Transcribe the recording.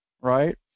Right